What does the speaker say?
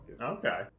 Okay